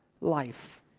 life